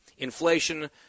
Inflation